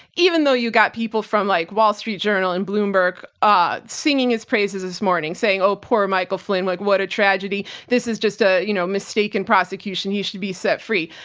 even though you got people from like wall street journal and bloomberg ah singing his praises this morning, saying, oh poor michael flynn. like what a tragedy. this is just a you know mistake in prosecution. he should be set free.